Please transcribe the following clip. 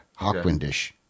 Hawkwindish